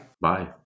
Bye